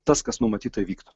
tas kas numatyta įvyktų